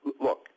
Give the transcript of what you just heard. Look